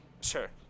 Sure